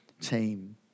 team